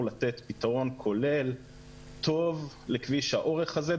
לתת פתרון כולל טוב לכביש האורך הזה,